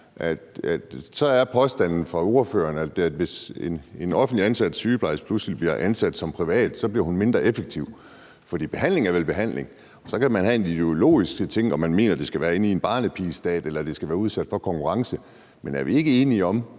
Så påstanden fra ordføreren er, at hvis en offentligt ansat sygeplejerske pludselig bliver ansat i det private, bliver hun mindre effektiv. Men behandling er vel behandling, og så kan man have en ideologisk holdning til, om vi skal have en barnepigestat, eller om det skal udsættes for konkurrence, men er vi ikke enige om,